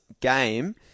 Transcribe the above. game